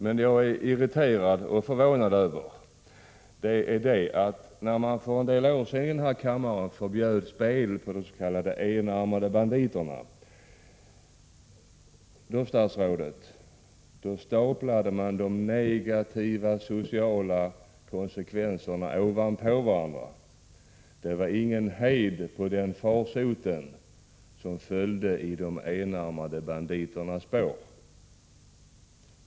Men vad jag irriterats och förvånats över är att när man för en del år sedan genom beslut i denna kammare förbjöd spel på de s.k. enarmade banditerna, staplades de negativa sociala konsekvenserna på varandra. Det var ingen hejd på den farsot som skulle följa i de enarmade banditernas spår.